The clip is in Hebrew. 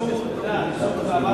ניסו כבר,